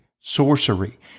sorcery